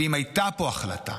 ואם הייתה פה החלטה,